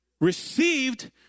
received